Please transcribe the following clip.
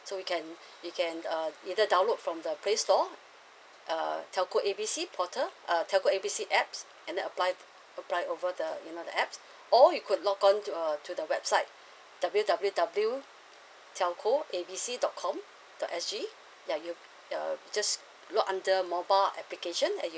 so you can you can uh either download from the playstore uh telco A B C portal uh telco A B C apps and then apply apply over the you know the apps or you could log on uh to the website W W W telco A B C dot com dot S G ya you uh just log under mobile application and you